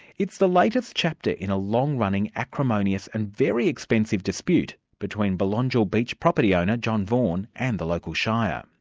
it's the latest chapter in a long-running, acrimonious and very expensive dispute between belongil beach property owner, john vaughan, and the local shire. um